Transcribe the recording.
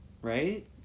Right